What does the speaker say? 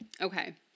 Okay